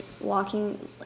walking